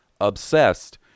obsessed